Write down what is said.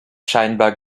scheinbar